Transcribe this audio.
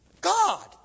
God